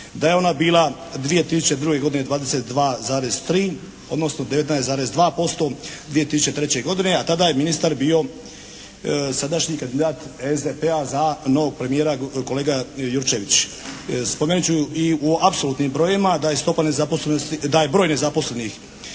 da je ona bila 2002. godine 22,3 odnosno 19,2% 2003. godine, a tada je ministar bio sadašnji kandidat SDP-a za novog premijera kolega Jurčević. Spomenut ću i u apsolutnim brojevima da je stopa nezaposlenosti,